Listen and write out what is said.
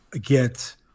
get